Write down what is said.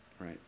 right